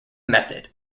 method